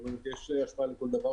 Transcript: יש השפעה לכל דבר